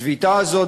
השביתה הזאת,